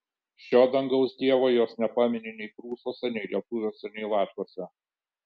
šio dangaus dievo jos nepamini nei prūsuose nei lietuviuose nei latviuose